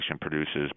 produces